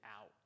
out